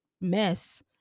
mess